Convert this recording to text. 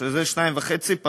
שזה 2.5%,